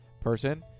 person